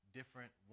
different